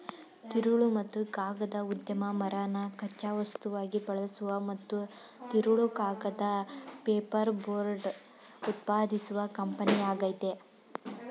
ತಿರುಳು ಮತ್ತು ಕಾಗದ ಉದ್ಯಮ ಮರನ ಕಚ್ಚಾ ವಸ್ತುವಾಗಿ ಬಳಸುವ ಮತ್ತು ತಿರುಳು ಕಾಗದ ಪೇಪರ್ಬೋರ್ಡ್ ಉತ್ಪಾದಿಸುವ ಕಂಪನಿಯಾಗಯ್ತೆ